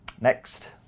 Next